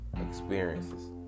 experiences